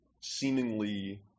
seemingly